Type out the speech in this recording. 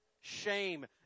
shame